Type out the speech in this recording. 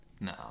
No